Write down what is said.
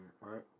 right